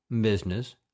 business